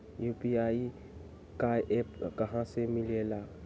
UPI का app कहा से मिलेला?